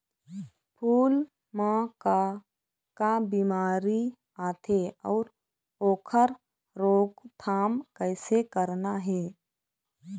फूल म का का बिमारी आथे अउ ओखर रोकथाम कइसे करना हे?